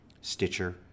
stitcher